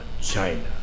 China